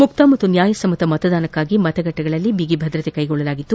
ಮುಕ್ತ ಮತ್ತು ನ್ನಾಯಸಮ್ನತ ಮತದಾನಕ್ಕಾಗಿ ಮತಗಟ್ಟೆಗಳಲ್ಲಿ ಬಗಿಭದ್ರತೆ ಕೈಗೊಳ್ಳಲಾಗಿತ್ತು